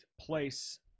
place